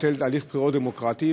לבטל הליך בחירות דמוקרטי.